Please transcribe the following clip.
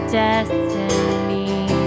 destiny